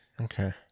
Okay